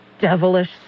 devilish